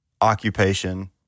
occupation